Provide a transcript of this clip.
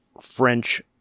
French